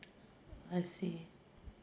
I see